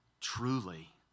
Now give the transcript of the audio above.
truly